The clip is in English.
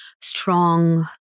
strong